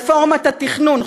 רפורמת התכנון,